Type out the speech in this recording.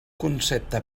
concepte